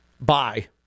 Bye